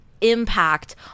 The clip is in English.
impact